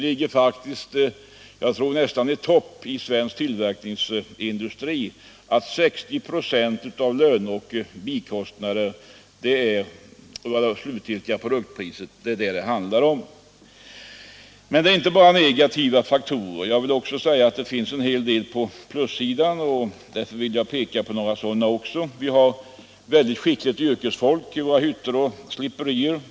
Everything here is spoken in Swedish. Jagtror I att denna andel tillhör de allra högsta i svensk tillverkningsindustri. — Åtgärder för den Men vi har inte bara negativa faktorer att redovisa. Det finns också manuella glasinduen hel del på plussidan, och jag vill peka på några sådana faktorer. Vi = strin har mycket skickligt yrkesfolk i våra hyttor och sliperier.